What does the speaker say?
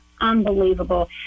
unbelievable